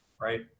right